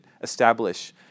establish